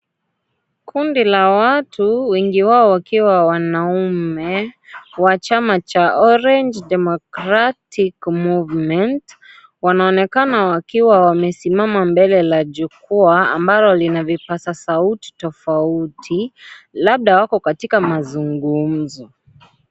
Kundi la watu, wengi wao wakiwa wanaume, wa chama cha Orange Democratic Movement, wanaonekana wakiwa wamesimama mbele la jukuwa, ambalo lina vipaza sauti tofauti. Labda wako katika mazungumzo.